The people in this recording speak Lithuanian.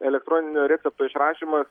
elektroninio recepto išrašymas